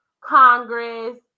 Congress